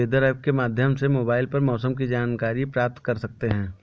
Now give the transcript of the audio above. weather app के माध्यम से मोबाइल पर मौसम की जानकारी प्राप्त कर सकते हैं